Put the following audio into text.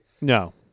No